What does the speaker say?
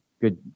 good